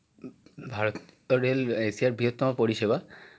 ভারতীয় রেল এশিয়ার বৃহত্তম পরিষেবা